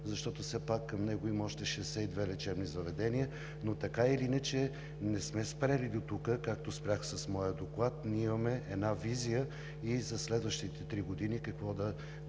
защото все пак към него има още 62 лечебни заведения. Но така или иначе не сме спрели до тук, както спрях с моя доклад. Ние имаме една визия и за следващите три години какво да